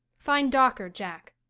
find dawker, jack.